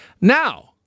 Now